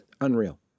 unreal